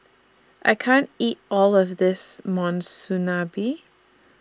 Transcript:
I can't eat All of This Monsunabe